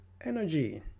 energy